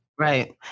Right